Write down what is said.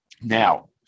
Now